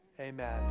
amen